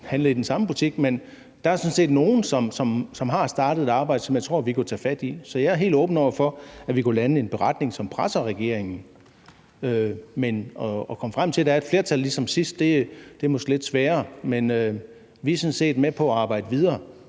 skal handle i den samme butik, men der er sådan set nogle, som har startet et arbejde, som jeg tror vi kan tage fat i. Så jeg er helt åben over for, at vi kan lande en beretning, som presser regeringen. Men at komme frem til, at der er et flertal ligesom sidst, er måske lidt sværere, men vi er sådan set med på at arbejde videre